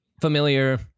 familiar